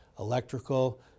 electrical